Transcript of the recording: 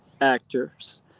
actors